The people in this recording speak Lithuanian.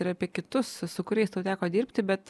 ir apie kitus su kuriais tau teko dirbti bet